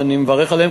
ואני מברך עליהן,